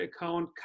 account